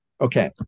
Okay